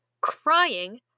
crying